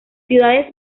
ciudades